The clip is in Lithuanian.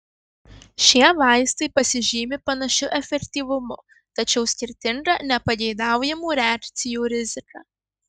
šie vaistai pasižymi panašiu efektyvumu tačiau skirtinga nepageidaujamų reakcijų rizika